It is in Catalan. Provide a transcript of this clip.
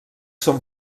són